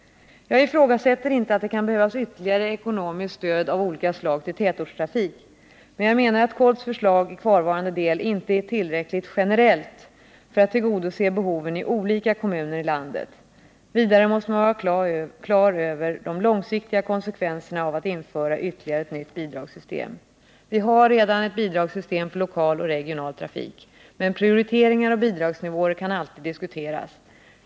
Jag ifrågasätter inte att det kan behövas ytterligare ekonomiskt stöd av olika slag till tätortstrafiken, men jag menar att KOLT:s förslag i kvarvarande del inte är tillräckligt generellt för att tillgodose behoven i olika kommuner i landet. Vidare måste man vara klar över de långsiktiga konsekvenserna av att införa ytterligare ett nytt bidragssystem. Vi har redan ett bidragssystem för lokal och regional trafik. Men prioriteringar och bidragsnivåer kan alltid diskuteras.